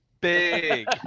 big